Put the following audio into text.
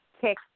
kick